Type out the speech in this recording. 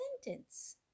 sentence